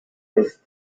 ist